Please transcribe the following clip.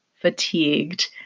fatigued